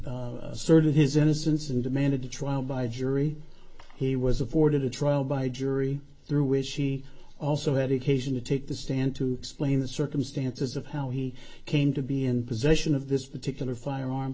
e sort of his innocence and demanded a trial by jury he was afforded a trial by jury through which he also had occasion to take the stand to explain the circumstances of how he came to be in possession of this particular firearm